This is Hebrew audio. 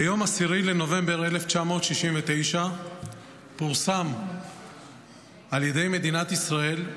ביום 10 בנובמבר 1969 פורסם על ידי מדינת ישראל,